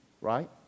right